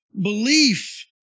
Belief